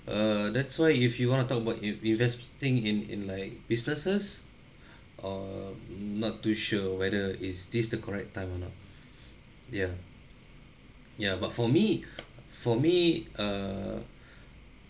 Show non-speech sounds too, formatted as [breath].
err that's why if you want to talk about inv~ investing in in like businesses [breath] err not too sure whether is this the correct time or not ya ya but for me for me err